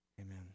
amen